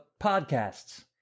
podcasts